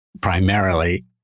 primarily